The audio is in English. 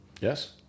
Yes